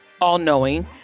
all-knowing